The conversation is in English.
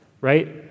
Right